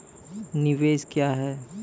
निवेश क्या है?